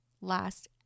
last